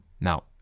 Now